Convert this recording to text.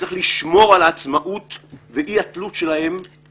וצריך לשמור על העצמאות ואי-התלות שלהם מכל משמר.